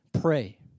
Pray